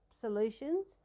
solutions